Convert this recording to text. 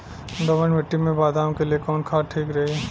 दोमट मिट्टी मे बादाम के लिए कवन खाद ठीक रही?